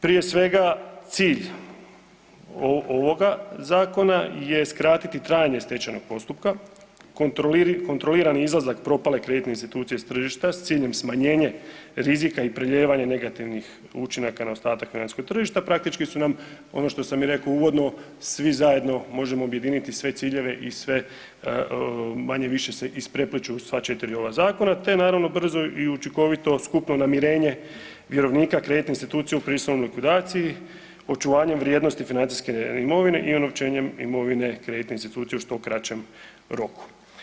Prije svega, cilj ovoga zakona je skratiti trajanje stečajnog postupka, kontrolirali izlazak propale kreditne institucije s tržišta s ciljem smanjenje rizika i prelijevanje negativnih učinaka na ostatak financijskog tržišta, praktički su nam ono što sam i rekao uvodno, svi zajedno možemo objediniti sve ciljeve i sve, manje-više se isprepliću sva 4 ova zakona te naravno, brzo i učinkovito skupno namirenje vjerovnika kreditne institucije u prisilnoj likvidaciji, očuvanje vrijednosti financijske imovine i unovčenjem imovine kreditne institucije u što kraćem roku.